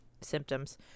symptoms